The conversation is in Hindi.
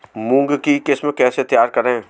मूंग की किस्म कैसे तैयार करें?